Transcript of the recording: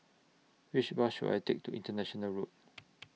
Which Bus should I Take to International Road